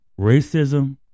Racism